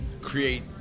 create